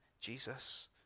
Jesus